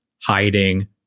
hiding